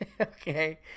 okay